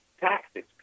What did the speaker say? taxes